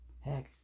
Heck